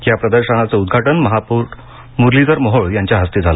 या प्रदर्शनाचे उद्रघाटन महापौर मुरलीधर मोहोळ यांच्या हस्ते झाले